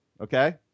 Okay